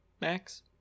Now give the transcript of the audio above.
Max